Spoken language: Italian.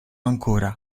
ancora